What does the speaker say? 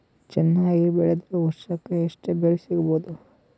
ಚೆನ್ನಾಗಿ ಬೆಳೆದ್ರೆ ವರ್ಷಕ ಎಷ್ಟು ಬೆಳೆ ಸಿಗಬಹುದು?